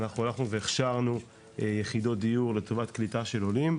אנחנו הלכנו והכשרנו יחידות דיור לטובת קליטה של עולים.